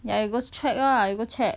ya you got check lah you go check